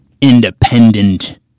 independent